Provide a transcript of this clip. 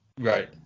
Right